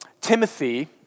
Timothy